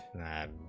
that